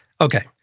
Okay